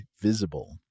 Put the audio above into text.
Visible